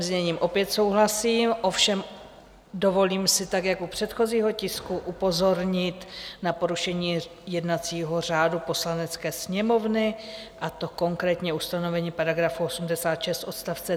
S paragrafovým zněním opět souhlasím, ovšem dovolím si, tak jak u předchozího tisku, upozornit na porušení jednacího řádu Poslanecké sněmovny, a to konkrétně ustanovení § 86 odst.